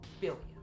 Billion